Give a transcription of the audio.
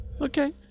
okay